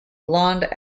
blonde